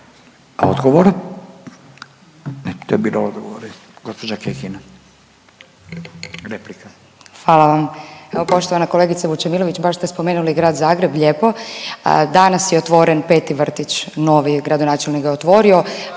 Odgovor, ne to je bio odgovor. Gđa. Kekin replika. **Kekin, Ivana (Možemo!)** Hvala vam. Evo poštovana kolegice Vučemilović baš ste spomenuli Grad Zagreb, lijepo. Danas je otvoren peti vrtić novi, gradonačelnik ga je otvorio.